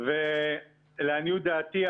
ולעניות דעתי,